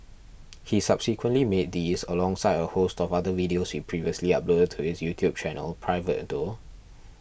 he subsequently made these alongside a host of other videos he previously uploaded to his YouTube channel private though